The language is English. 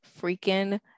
freaking